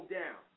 down